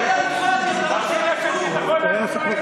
כלאם פאדי, אתה לא שווה כלום.